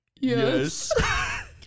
Yes